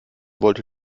wollte